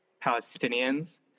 Palestinians